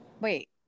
Wait